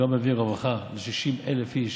הוא גם מביא רווחה ל-60,000 איש